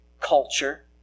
culture